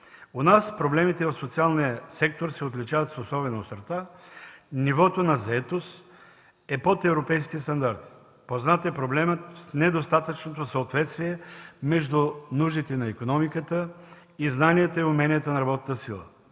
У нас проблемите в социалния сектор се отличават с особена острота. Нивото на заетост е под европейските стандарти, познат е проблемът с недостатъчното съответствие между нуждите на икономиката и знанията и уменията на работната сила.